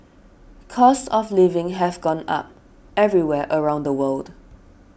costs of living have gone up everywhere around the world